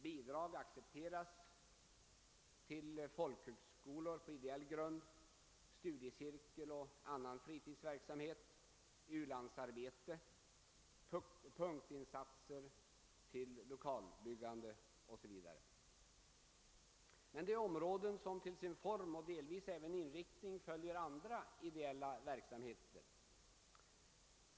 Bidrag accepteras till folkhögskolor på ideell grund, studiecirkeloch annan fritidsverksamhet, u-landsarbete, punktinsatser till lokalbyggande o.s.v. men det är områden som till sin form och delvis även inriktning följer andra ideella verksamheter.